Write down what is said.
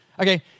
Okay